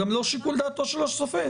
גם לא שיקול דעתו של השופט.